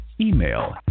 Email